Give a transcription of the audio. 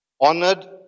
Honored